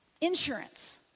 insurance